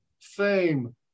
Fame